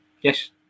yes